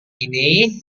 ini